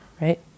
right